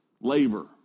labor